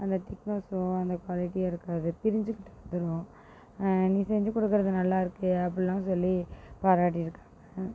அந்த திக்நஸ்ஷோ அந்த குவாலிட்டியாக இருக்காது பிரிஞ்சுக்கிட்டு வந்துடும் நீ செஞ்சு கொடுக்கிறது நல்லா இருக்குது அப்படிலா சொல்லி பாராட்டி இருக்காங்கள்